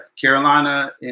Carolina